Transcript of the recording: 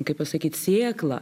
kaip pasakyt sėklą